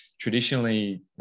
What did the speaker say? traditionally